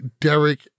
Derek